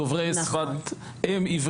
דוברי עברית שפת אם,